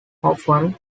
often